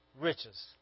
riches